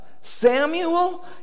Samuel